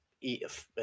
eat